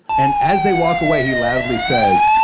and as they walk away, he loudly says,